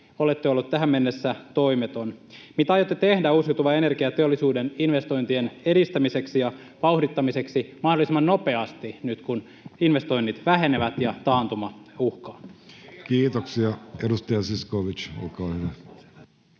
olette ollut tähän mennessä toimeton. Mitä aiotte tehdä uusiutuvan energiateollisuuden investointien edistämiseksi ja vauhdittamiseksi mahdollisimman nopeasti nyt, kun investoinnit vähenevät ja taantuma uhkaa? [Perussuomalaisten ryhmästä: